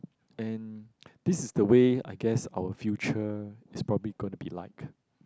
and this is the way I guess our future is probably gonna be like